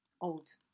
old